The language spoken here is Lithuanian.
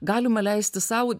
galima leisti sau